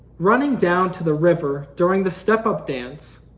running down to the river during the step up dance,